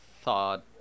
thought